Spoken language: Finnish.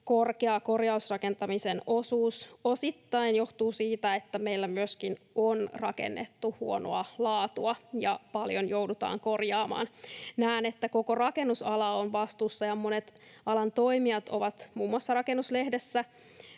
korkea korjausrakentamisen osuus osittain johtuu siitä, että meillä myöskin on rakennettu huonoa laatua ja paljon joudutaan korjaamaan. Näen, että koko rakennusala on vastuussa, ja monet alan toimijat ovat muun muassa Rakennuslehdessä